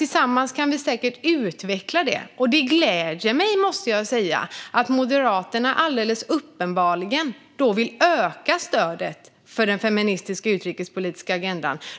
Tillsammans kan vi säkert utveckla det arbetet, och det gläder mig, måste jag säga, att Moderaterna alldeles uppenbart vill öka stödet för den feministiska utrikespolitiska agendan.